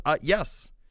yes